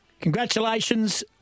Congratulations